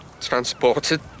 transported